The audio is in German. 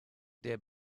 der